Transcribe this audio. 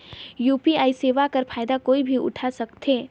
UPI सेवा कर फायदा कोई भी उठा सकथे?